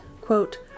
quote